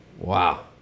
Wow